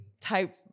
type